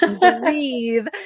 breathe